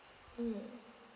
mm